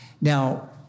Now